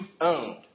owned